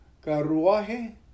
carruaje